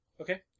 Okay